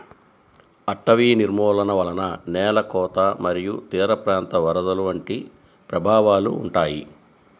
అటవీ నిర్మూలన వలన నేల కోత మరియు తీరప్రాంత వరదలు వంటి ప్రభావాలు ఉంటాయి